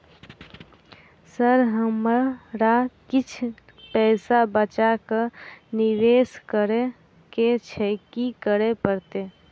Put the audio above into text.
Sir हमरा किछ पैसा बचा कऽ निवेश करऽ केँ छैय की करऽ परतै?